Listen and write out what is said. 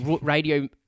Radio